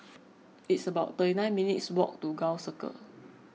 it's about thirty nine minutes' walk to Gul Circle